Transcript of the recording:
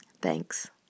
Thanks